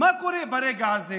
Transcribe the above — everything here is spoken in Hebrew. מה קורה ברגע הזה?